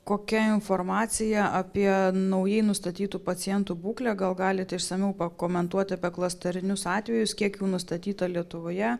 kokia informacija apie naujai nustatytų pacientų būklę gal galite išsamiau pakomentuot apie klasterinius atvejus kiek jų nustatyta lietuvoje